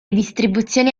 distribuzioni